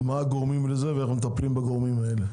מהם הגורמים לזה ואיך מטפלים בגורמים האלה?